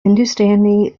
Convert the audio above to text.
hindustani